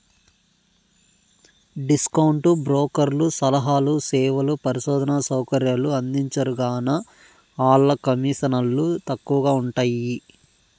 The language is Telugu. డిస్కౌంటు బ్రోకర్లు సలహాలు, సేవలు, పరిశోధనా సౌకర్యాలు అందించరుగాన, ఆల్ల కమీసన్లు తక్కవగా ఉంటయ్యి